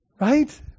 right